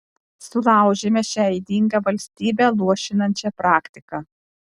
sulaužėme šią ydingą valstybę luošinančią praktiką